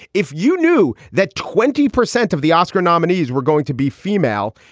if you knew that twenty percent of the oscar nominees were going to be female,